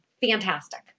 fantastic